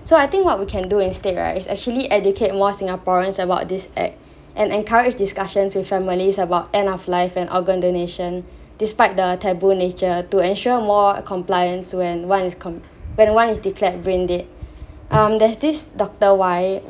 so I think what we can do in state right is actually educate more Singaporeans about this act and encourage discussions with families about end of life and organ donation despite the taboo nature to ensure more compliance when one's com~ when one is declared brain dead um there's this doctor